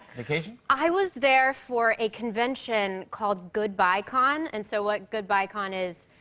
vacation? i was there for a convention called goodbyecon. and so what goodbyecon is,